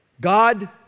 God